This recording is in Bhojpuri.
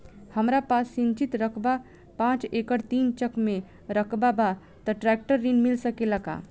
हमरा पास सिंचित रकबा पांच एकड़ तीन चक में रकबा बा त ट्रेक्टर ऋण मिल सकेला का?